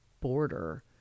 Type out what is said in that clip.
border